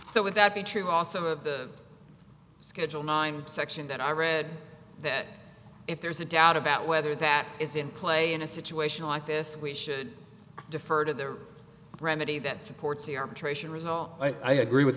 so would that be true also of the schedule nine section that i read that if there's a doubt about whether that is in play in a situation like this we should defer to the remedy that supports the arbitration result i agree with